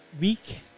week